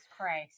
Christ